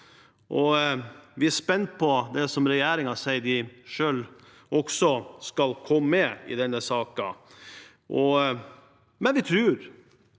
Vi er spent på det regjeringen selv sier de skal komme med i denne saken, men vi tror